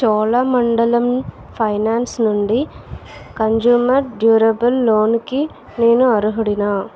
Cholamandalam finance నుండి consumer durable లోన్కి నేను అర్హుడినా